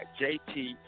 JT